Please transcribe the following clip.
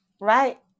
Right